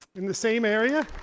in the same area.